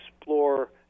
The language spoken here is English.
explore